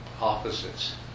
opposites